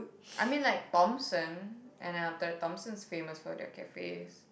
I mean like Thomson and then after that Thomson's famous for their cafes